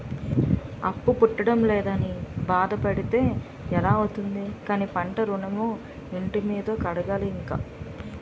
అప్పు పుట్టడం లేదని బాధ పడితే ఎలా అవుతుంది కానీ పంట ఋణమో, ఇంటి మీదో అడగాలి ఇంక